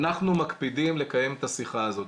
אנחנו מקפידים לקיים את השיחה הזאת.